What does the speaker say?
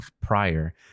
prior